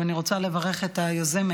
ואני רוצה לברך את היוזמת,